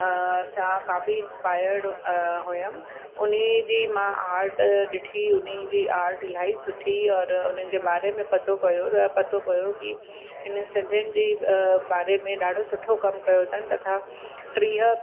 सां काफ़ी इंस्पायर्ड हुयमि उन्ही जी मां आर्ट ॾिठी उन्ही जी आर्ट इलाही सुठी और उन्हनि जे बारे में पतो पयो त पतो पयो कि इन्हनि सिंधियुनि जी बारे में ॾाढो सुठो कमु कयो अथनि तथा टीह